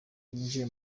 yinjiye